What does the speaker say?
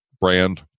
brand